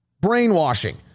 brainwashing